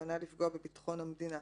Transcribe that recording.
בכוונה לפגוע בביטחון המדינה".